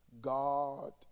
God